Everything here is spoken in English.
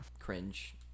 cringe